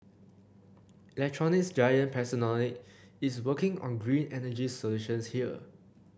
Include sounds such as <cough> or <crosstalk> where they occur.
electronics giant <unintelligible> is working on green energy solutions here